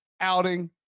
outing